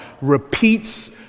repeats